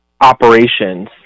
operations